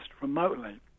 remotely